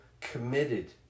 committed